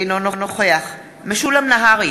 אינו נוכח משולם נהרי,